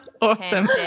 Awesome